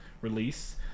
release